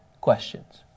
questions